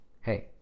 hey